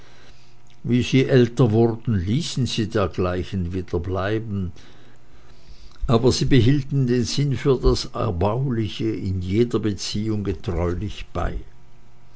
wie sie älter wurden ließen sie dergleichen dinge wieder bleiben aber sie behielten den sinn für das erbauliche in jeder beziehung getreulich bei